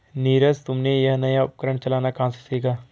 नीरज तुमने यह नया उपकरण चलाना कहां से सीखा?